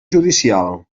judicial